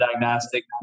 diagnostic